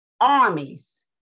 armies